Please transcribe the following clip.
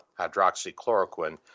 hydroxychloroquine